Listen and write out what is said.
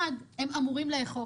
מצד אחד הם אמורים לאכוף,